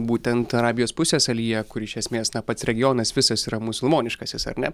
būtent arabijos pusiasalyje kur iš esmės na pats regionas visas yra musulmoniškas jis ar ne